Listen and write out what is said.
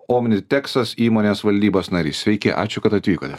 omniteksas įmonės valdybos narys sveiki ačiū kad atvykote